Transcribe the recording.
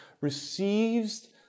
receives